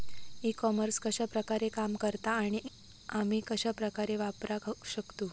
E commerce कश्या प्रकारे काम करता आणि आमी कश्या प्रकारे वापराक शकतू?